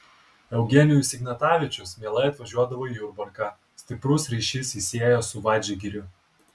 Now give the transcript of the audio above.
eugenijus ignatavičius mielai atvažiuodavo į jurbarką stiprus ryšys jį siejo su vadžgiriu